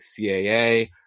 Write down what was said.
CAA